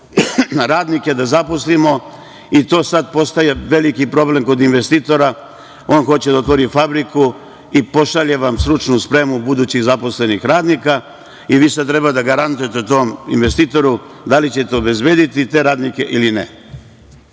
radnike da zaposlimo i to sada postaje veliki problem kod investitora. On hoće da otvori fabriku i pošalje vam stručnu spremu budućih zaposlenih radnika, i vi sada treba da garantujete tom investitoru da li ćete obezbediti te radnike ili ne.